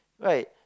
right